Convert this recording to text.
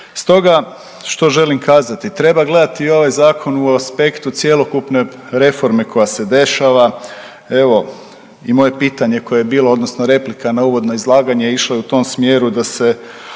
Stoga što želim kazati? Treba gledati i ovaj Zakon u aspektu cjelokupne reforme koja se dešava. Evo i moje pitanje koje je bilo odnosno replika na uvodno izlaganje išlo je u tom smjeru da se ukaže